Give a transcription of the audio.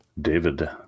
David